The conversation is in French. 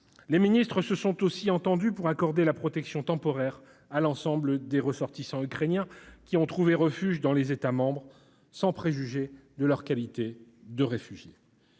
Les ministres se sont aussi entendus pour accorder la protection temporaire à l'ensemble des ressortissants ukrainiens qui ont trouvé refuge dans les États membres, sans préjuger de leur qualité de réfugiés.